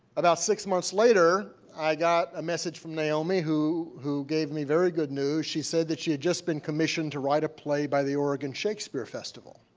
about six months later, i got a message from naomi, who who gave me very good news. she said that she had just been commissioned to write a play by the oregon shakespeare festival.